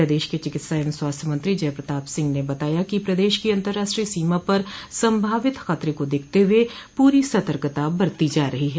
प्रदेश के चिकित्सा एवं स्वास्थ्य मंत्री जय प्रताप सिंह ने बताया कि पदेश की अन्तर्राष्ट्रीय सीमा पर संभावित खतरे को देखते हुए पूरी सतर्कता बरती जा रही है